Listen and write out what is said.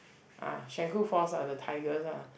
ah Shenkuu falls are the tigers ah